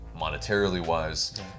monetarily-wise